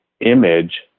image